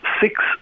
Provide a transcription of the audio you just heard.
six